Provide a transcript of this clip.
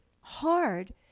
hard